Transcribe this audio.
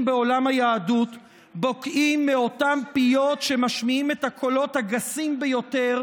בעולם היהדות בוקעים מאותם פיות שמשמיעים את הקולות הגסים ביותר,